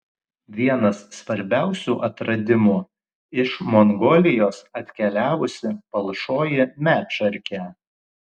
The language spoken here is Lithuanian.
vienas svarbiausių atradimų iš mongolijos atkeliavusi palšoji medšarkė